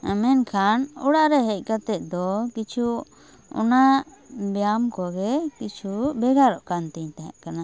ᱢᱮᱱᱠᱷᱟᱱ ᱚᱲᱟᱜ ᱨᱮ ᱦᱮᱡ ᱠᱟᱛᱮᱫ ᱫᱚ ᱠᱤᱪᱷᱩ ᱚᱱᱟ ᱵᱮᱭᱟᱢ ᱠᱚᱜᱮ ᱠᱤᱪᱷᱩ ᱵᱷᱮᱜᱚᱨᱚᱜ ᱠᱟᱱ ᱛᱤᱧ ᱛᱟᱦᱮᱸᱫ ᱠᱟᱱᱟ